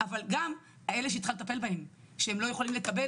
כלומר, יש לי הרבה ממשקים איתכם, זה לא משהו חדש